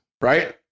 right